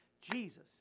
Jesus